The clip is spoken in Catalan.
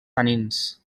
tanins